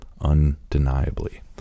undeniably